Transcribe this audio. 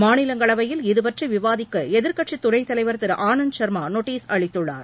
மாநிலங்களவையில் இதுபற்றி விவாதிக்க எதிர்க்கட்சித் துணைத்தலைவர் திரு ஆனந்த் சா்மா நோட்டீஸ் அளித்துள்ளார்